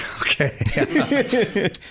Okay